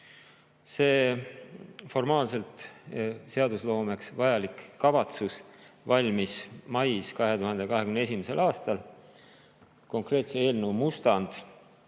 See formaalselt seadusloomeks vajalik kavatsus valmis mais 2021. aastal. Konkreetse eelnõu mustand